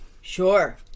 Sure